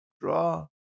draw